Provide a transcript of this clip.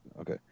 Okay